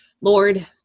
Lord